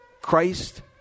Christ